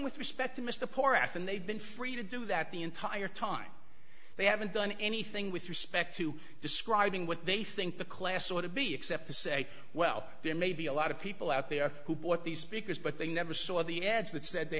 with respect to mr poor ass and they've been free to do that the entire time they haven't done anything with respect to describing what they think the class ought to be except to say well there may be a lot of people out there who bought these speakers but they never saw the ads that